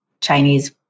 Chinese